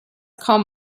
kaum